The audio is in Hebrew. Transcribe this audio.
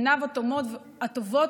עיניו הטובות,